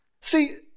See